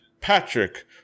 patrick